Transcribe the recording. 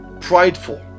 prideful